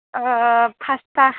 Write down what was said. फासथा